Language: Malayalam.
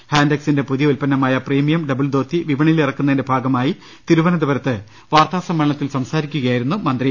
ഹാന്റ്ക്സിന്റെ പുതിയ ഉല്പന്ന മായ പ്രീമിയം ഡബിൾ ധോത്തി വിപണിയിലിറക്കുന്നതിന്റെ ഭാഗ മായി തിരുവനന്തപുരത്ത് വാർത്താ സമ്മേളനത്തിൽ സംസാരിക്കു കയായിരുന്ന അദ്ദേഹം